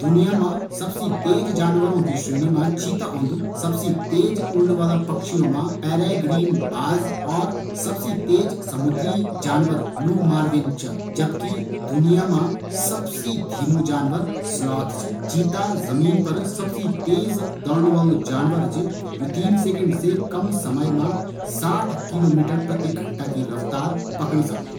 दुनिया मा सबसी तेज जानवरो की श्रेणी मा चीता ओंदु सबसी तेज उड़न वाला पक्षियों मा पैराग्रीन बाज और सबसी तेज समुद्री जानवर ब्लु मार्विन च, जबकि दुनिया मा सबसी धीमू जानवर स्लॉथ च।